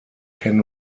ken